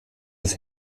des